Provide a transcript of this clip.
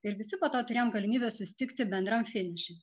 ir visi po to turėjom galimybę susitikti bendram finiše